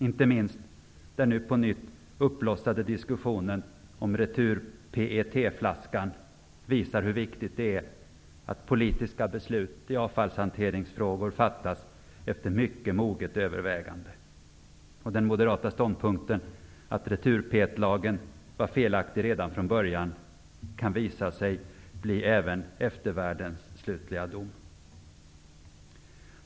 Inte minst den nu på nytt uppblossade diskussionen om retur-PET-flaskan visar hur viktigt det är att politiska beslut i avfallshanteringsfrågor fattas efter mycket moget övervägande. Den moderata ståndpunkten att retur-PET-lagen var felaktig redan från början kan visa sig bli även eftervärldens slutliga dom.